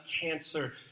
cancer